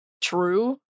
true